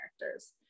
characters